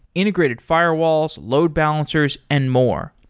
integrated firewalls, load balancers and more.